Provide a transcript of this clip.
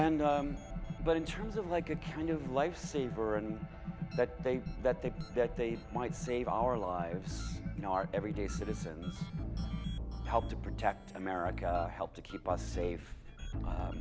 and but in terms of like a kind of lifesaver and that they that they that they might save our lives in our every day citizens help to protect america help to keep us safe